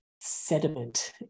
sediment